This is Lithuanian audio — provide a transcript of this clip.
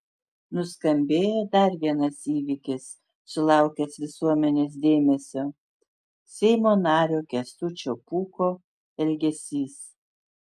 nuskambėjo dar vienas įvykis sulaukęs visuomenės dėmesio seimo nario kęstučio pūko elgesys